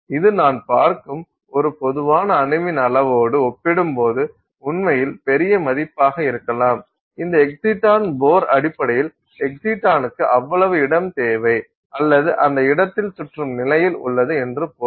இது நாம் பார்க்கும் ஒரு பொதுவான அணுவின் அளவோடு ஒப்பிடும்போது உண்மையில் பெரிய மதிப்பாக இருக்கலாம் இந்த எஎக்ஸிடான் போர் அடிப்படையில் எக்ஸிடானுக்கு அவ்வளவு இடம் தேவை அல்லது அந்த இடத்தில் சுற்றும் நிலையில் உள்ளது என்று பொருள்